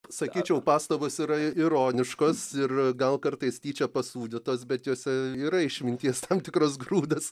sakyčiau pastabos yra ironiškos ir gal kartais tyčia pasūdytos bet jose yra išminties tam tikras grūdas